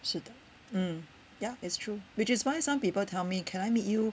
是的 mm ya it's true which is why some people tell me can I meet you